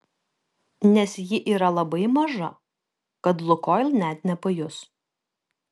nes ji yra labai maža kad lukoil net nepajus